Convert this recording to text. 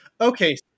okay